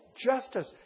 justice